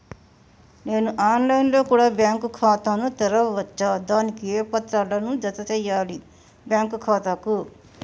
నేను online లో కూడా బ్యాంకు ఖాతా ను తెరవ వచ్చా? దానికి ఏ పత్రాలను జత చేయాలి బ్యాంకు ఖాతాకు?